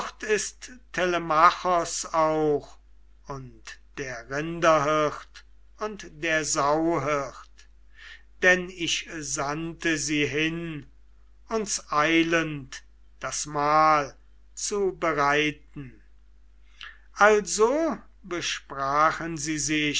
ist telemachos auch und der rinderhirt und der sauhirt denn ich sandte sie hin uns eilend das mahl zu bereiten also besprachen sie sich